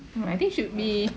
no I think should be